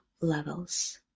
levels